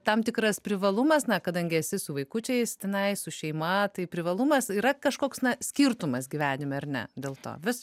tam tikras privalumas na kadangi esi su vaikučiais tenai su šeima tai privalumas yra kažkoks na skirtumas gyvenime ar ne dėl to vis